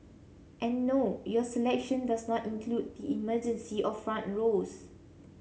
and no your selection does not include the emergency or front rows